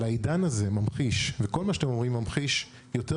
העידן הזה ממחיש וכל מה שאתם אומרים ממחיש יותר